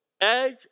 edge